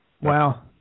Wow